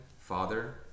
father